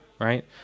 right